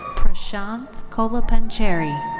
prashanth collapancheri.